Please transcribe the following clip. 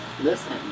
Listen